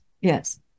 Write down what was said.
Yes